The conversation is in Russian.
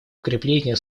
укрепления